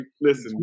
listen